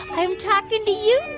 i'm talking to you,